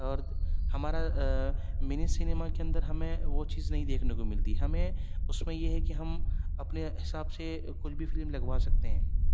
اور ہمارا mini cinema کے اندر ہمیں وہ چیز نہیں دیکھنے کو ملتی ہمیں اس میں یہ ہے کہ ہم اپنے حساب سے کچھ بھی فلم لگوا سکتے ہیں